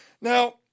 Now